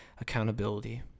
accountability